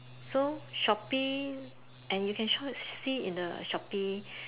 so Shopee and you can try to see in the Shopee